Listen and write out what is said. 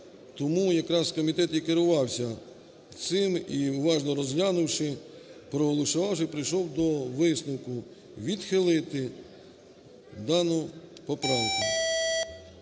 тому якраз комітет і керувався цим і, уважно розглянувши, проголосувавши, прийшов до висновку: відхилити дану поправку.